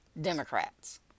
Democrats